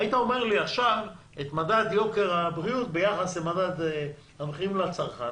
היית אומר לי עכשיו את מדד יוקר הבריאות ביחס למדד המחירים לצרכן,